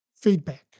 feedback